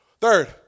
third